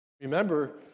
Remember